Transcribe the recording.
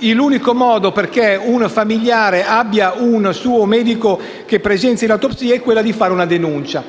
L'unico modo per far sì che un familiare abbia un suo medico presente all'autopsia è di fare una denuncia.